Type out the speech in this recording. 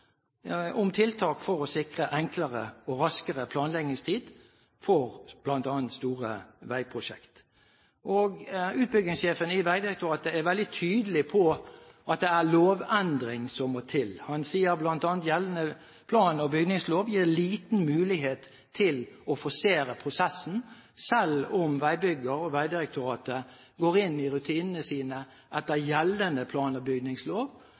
om tiltak for å sikre enklere og raskere planleggingstid for bl.a. store veiprosjekt. Utbyggingssjefen i Vegdirektoratet er veldig tydelig på at det er en lovendring som må til. Han sier bl.a. at gjeldende plan- og bygningslov gir liten mulighet til å forsere prosessen. Selv om veibygger og Vegdirektoratet går inn i rutinene sine etter